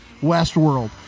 Westworld